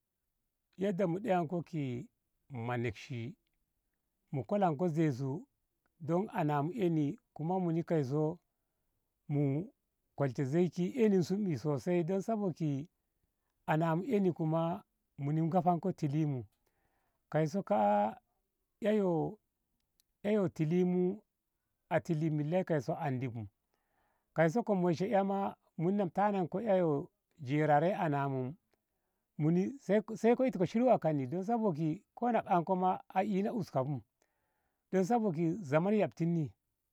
Yadda mu ɗayanko manakshi mu kolanko zei su don ana mu eni kuma muni kaiso mu kolshe zei ki eni sum sosai don sabok ana mu eni me muni mu kasan ko tilinmu kaiso ka. a eiyo eiyo tilinmu a tilik milla kaiso andibu kaiso ko moishe ei ma muni na mu tananko ei yo jerare ana mu muni sai ko itko shiru kanni don sabok ko ka anko ma a ina uska bu don sabok zaman yaɓti ni.